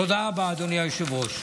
תודה רבה, אדוני היושב-ראש.